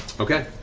okay.